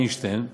איינשטיין,